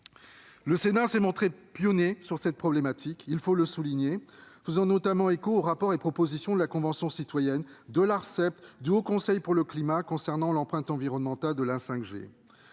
Le Sénat s'est montré pionnier sur ce sujet, il faut le souligner. Faisant notamment écho aux rapports et aux propositions de la Convention citoyenne pour le climat, de l'Arcep, du Haut Conseil pour le climat concernant l'empreinte environnementale de la 5G,